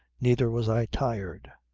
neither was i tired.